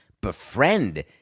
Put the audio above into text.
befriend